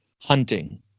hunting